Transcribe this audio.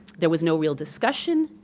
there was no real discussion.